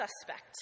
suspect